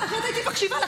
אחרת הייתי מקשיבה לך,